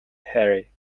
harry